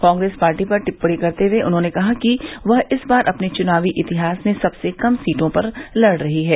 Congress party पर टिप्पणी करते हुए उन्होंने कहा कि वह इस बार अपने चुनावी इतिहास में सबसे कम सीटों पर लड़ रही है